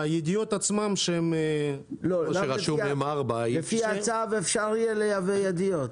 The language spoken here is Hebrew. הידיות עצמן -- לפי הצו אפשר יהיה לייבא ידיות.